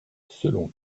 selon